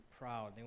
proud